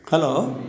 hello